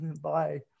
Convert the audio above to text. Bye